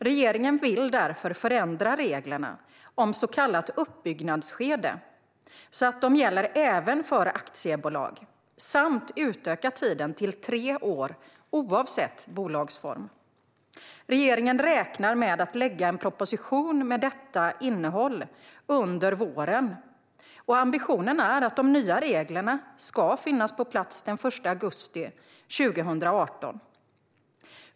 Regeringen vill därför förändra reglerna om så kallat uppbyggnadsskede så att de gäller även för aktiebolag samt utöka tiden till tre år oavsett bolagsform. Regeringen räknar med att lägga fram en proposition med detta innehåll under våren, och ambitionen är att de nya reglerna ska finnas på plats den 1 augusti 2018.